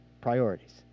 Priorities